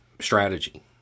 strategy